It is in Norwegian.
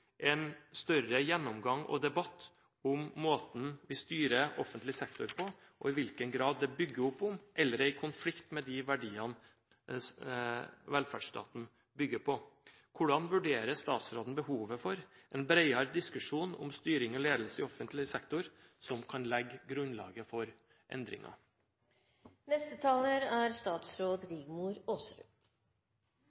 en større gjennomgang av og debatt om hvordan vi styrer offentlig sektor og i hvilken grad det bygger opp om eller er i konflikt med de verdiene velferdsstaten bygger på. Hvordan vurderer statsråden behovet for en bredere diskusjon om styring og ledelse i offentlig sektor, som kan legge grunnlaget for endringer? For oss som driver med politikk, er